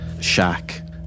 shack